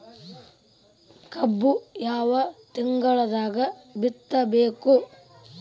ಕಬ್ಬು ಯಾವ ತಿಂಗಳದಾಗ ಬಿತ್ತಬೇಕು?